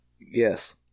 Yes